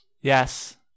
Yes